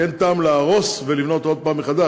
כי אין טעם להרוס ולבנות שוב מחדש.